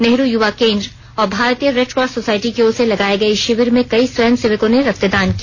नेहरू युवा केंद्र और भारतीय red cross society की ओर से लगाए गए इस शिविर में कई स्वयंसेवकों ने रक्तदान किया